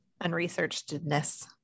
unresearchedness